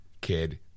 kid